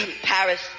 Paris